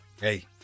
hey